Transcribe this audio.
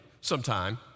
sometime